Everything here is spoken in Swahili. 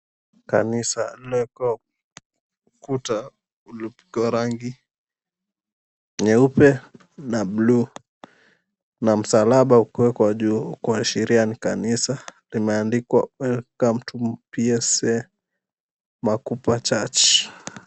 Kanisa lililowekwa kuta uliopigwa rangi nyeupe na buluu na msalaba ukiwekwa juu kuashiria ni kanisa limeandikwa, "Welcome to PCEA Makupa Church".